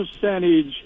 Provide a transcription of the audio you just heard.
percentage